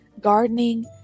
gardening